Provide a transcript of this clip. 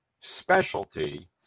specialty